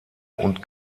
und